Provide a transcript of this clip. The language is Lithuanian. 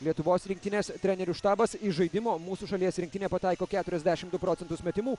lietuvos rinktinės trenerių štabas iš žaidimo mūsų šalies rinktinė pataiko keturiasdešim du procentus metimų